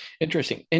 Interesting